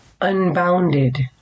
unbounded